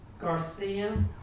Garcia